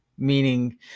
meaning